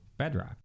bedrock